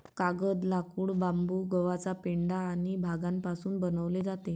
कागद, लाकूड, बांबू, गव्हाचा पेंढा आणि भांगापासून बनवले जातो